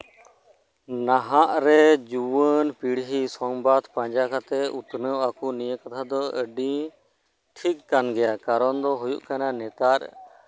ᱱᱟᱦᱟᱜ ᱨᱮ ᱡᱩᱣᱟᱹᱱ ᱯᱤᱲᱦᱤ ᱥᱚᱝᱵᱟᱫ ᱯᱟᱸᱡᱟ ᱠᱟᱛᱮ ᱩᱛᱱᱟᱹᱣ ᱟᱠᱚ ᱱᱤᱭᱟᱹ ᱠᱟᱛᱷᱟ ᱫᱚ ᱟᱹᱰᱤ ᱴᱷᱤᱠ ᱠᱟᱱ ᱜᱮᱭᱟ ᱠᱟᱨᱚᱱ ᱫᱚ ᱦᱩᱭᱩᱜ ᱠᱟᱱᱟ ᱱᱮᱛᱟᱨ